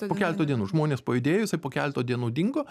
po keleto dienų žmonės pajudėjo jisai po keleto dienų dingo